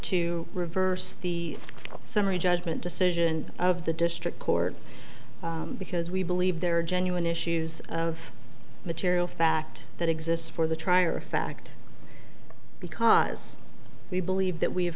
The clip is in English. to reverse the summary judgment decision of the district court because we believe there are genuine issues of material fact that exists for the trier of fact because we believe that we